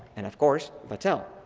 and of course, vattel.